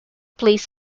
plays